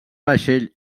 vaixell